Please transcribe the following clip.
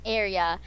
area